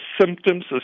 symptoms